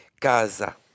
Casa